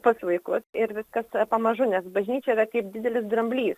pas vaikus ir viskas pamažu nes bažnyčia yra kaip didelis dramblys